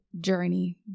journey